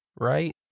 right